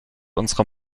unserer